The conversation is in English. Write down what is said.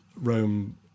Rome